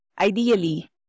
ideally